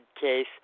case